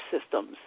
systems